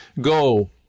Go